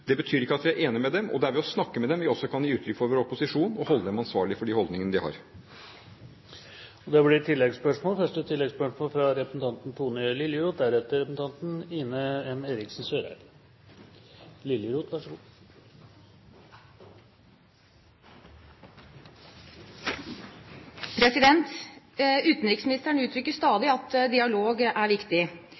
Det betyr ikke at vi er enig med dem. Det er ved å snakke med dem vi også kan gi uttrykk for vår opposisjon og holde dem ansvarlig for de holdningene de har. Det blir oppfølgingsspørsmål – først Tone Liljeroth. Utenriksministeren uttrykker stadig at dialog er viktig. I noen tilfeller benytter utenriksministeren